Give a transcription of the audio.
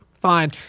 Fine